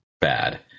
bad